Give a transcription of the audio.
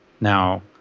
Now